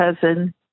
cousin